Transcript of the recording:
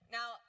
Now